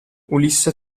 ulisse